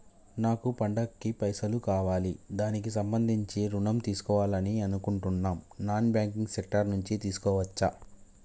నాకు పండగ కి పైసలు కావాలి దానికి సంబంధించి ఋణం తీసుకోవాలని అనుకుంటున్నం నాన్ బ్యాంకింగ్ సెక్టార్ నుంచి తీసుకోవచ్చా?